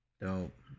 Dope